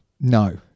No